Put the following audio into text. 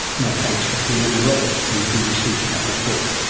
my thanks to fiona roberts from the bbc for that report.